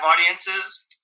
audiences